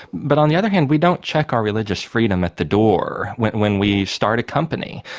but on the other hand we don't check our religious freedom at the door when when we start a company.